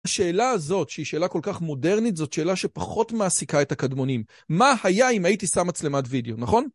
השאלה הזאת, שהיא שאלה כל כך מודרנית, זאת שאלה שפחות מעסיקה את הקדמונים. מה היה אם הייתי שם מצלמת וידאו, נכון?